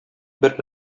бер